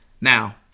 Now